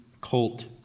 colt